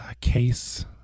case